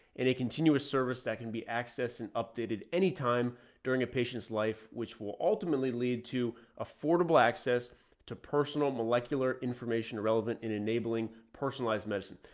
and it continuous service that can be accessed and updated any time during a patient's life, which will ultimately lead to affordable access to personal molecular information relevant in enabling personalized medicine.